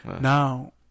Now